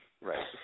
right